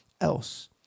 else